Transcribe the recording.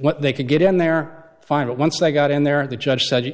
what they could get in their final once they got in there and the judge said you